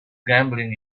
gambling